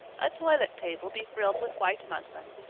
a toilet table befrilled with white muslin,